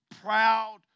proud